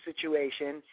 situation